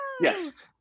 Yes